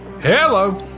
Hello